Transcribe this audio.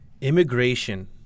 Immigration